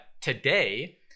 today